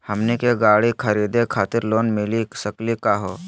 हमनी के गाड़ी खरीदै खातिर लोन मिली सकली का हो?